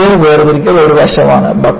material വേർതിരിക്കൽ ഒരു വശമാണ്